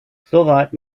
soweit